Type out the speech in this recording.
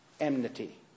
enmity